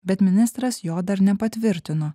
bet ministras jo dar nepatvirtino